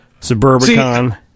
suburbicon